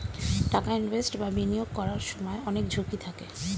টাকা ইনভেস্ট বা বিনিয়োগ করার সময় অনেক ঝুঁকি থাকে